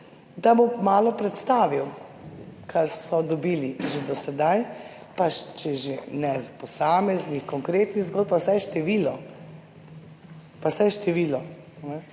da bo ma predstavil kar so dobili že do sedaj, pa če že ne posameznih konkretnih zgodb pa vsaj število,